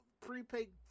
Prepaid